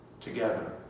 together